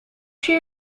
she